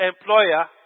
employer